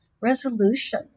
resolution